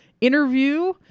interview